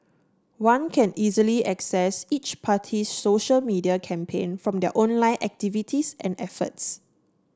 one can easily assess each party's social media campaign from their online activities and efforts